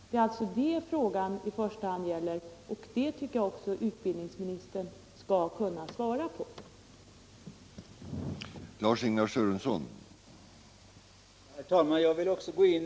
Det är alltså det frågan i första hand gäller, och det tycker jag att utbildningsministern skall kunna ge besked om.